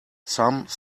some